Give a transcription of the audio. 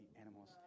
animals